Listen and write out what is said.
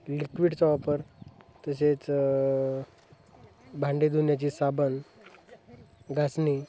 लिक्विडचा वापर तसेच भांडे धुण्याची साबण घासणी